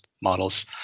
models